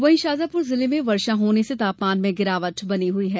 वहीं शाजापुर जिले में वर्षा होने से तापमान में गिरावट बनी हुई है